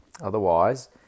otherwise